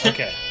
Okay